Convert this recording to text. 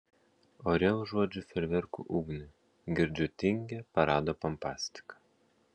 ore užuodžiu fejerverkų ugnį girdžiu tingią parado pompastiką